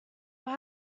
will